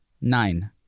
Nine